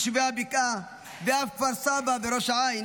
יישובי הבקעה ואף כפר סבא וראש העין